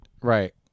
Right